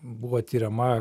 buvo tiriama